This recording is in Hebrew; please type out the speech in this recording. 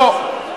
לא.